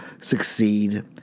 succeed